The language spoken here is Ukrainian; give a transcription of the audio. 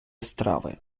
страви